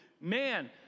Man